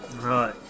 Right